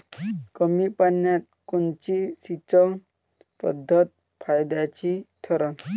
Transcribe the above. कमी पान्यात कोनची सिंचन पद्धत फायद्याची ठरन?